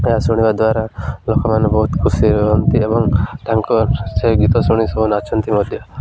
ଏହା ଶୁଣିବା ଦ୍ୱାରା ଲୋକମାନେ ବହୁତ ଖୁସି ରୁହନ୍ତି ଏବଂ ତାଙ୍କ ସେ ଗୀତ ଶୁଣି ସବୁ ନାଚନ୍ତି ମଧ୍ୟ